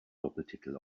doppeltitel